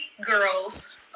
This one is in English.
girls